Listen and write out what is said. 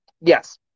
yes